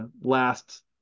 last